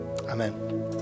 Amen